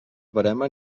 verema